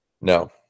No